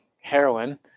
heroin